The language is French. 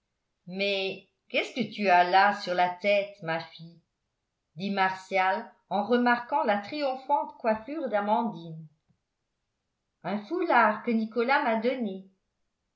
mais qu'est-ce que tu as là sur la tête ma fille dit martial en remarquant la triomphante coiffure d'amandine un foulard que nicolas m'a donné